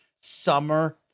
summer